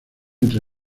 entre